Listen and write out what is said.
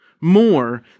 more